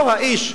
לא האיש,